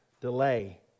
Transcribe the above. Delay